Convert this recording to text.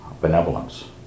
benevolence